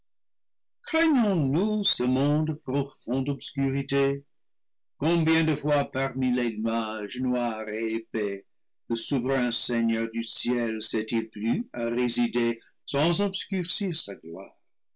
craignons-nous ce monde profond d'obscurité combien de fois parmi les nuages noirs et épais le souverain seigneur du ciel s'est-il plu à résider sans obscurcir sa gloire